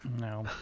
No